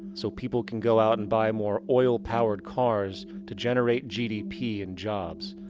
so people can go out and buy more oil powered cars to generate gdp and jobs,